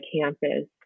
campus